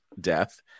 death